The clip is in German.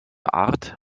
art